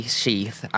sheath